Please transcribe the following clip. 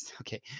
okay